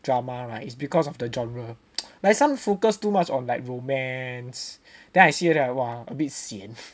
drama right is because of the genre like some focus too much on like romance that I see already then I !wah! a bit sian